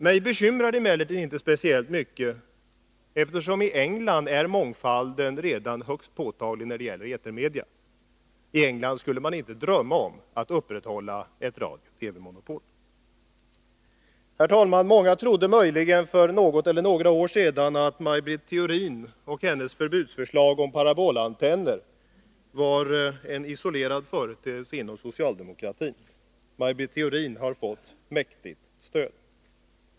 Mig bekymrar det emellertid inte speciellt mycket, eftersom i England mångfalden när det gäller etermedia redan är högst påtaglig. I England skulle man aldrig drömma om att upprätthålla ett radiooch TV-monopol. Herr talman! Många trodde möjligen för något eller några år sedan att Maj Britt Theorin och hennes förbudsförslag om parabolantenner var en isolerad företeelse inom socialdemokratin. Maj Britt Theorin har nu fått mäktigt stöd.